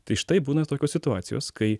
tai štai būna tokios situacijos kai